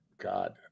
god